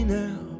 now